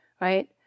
right